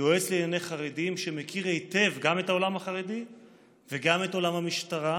יועץ לענייני חרדים שמכיר היטב גם את העולם החרדי וגם את עולם המשטרה.